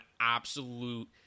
absolute